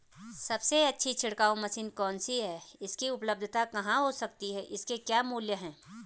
सबसे अच्छी छिड़काव मशीन कौन सी है इसकी उपलधता कहाँ हो सकती है इसके क्या मूल्य हैं?